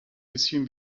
bisschen